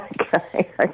Okay